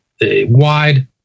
wide